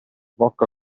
bocca